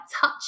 touch